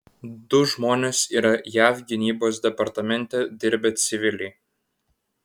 du žmonės yra jav gynybos departamente dirbę civiliai